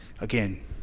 Again